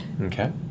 Okay